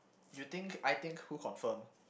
you think I think who confirm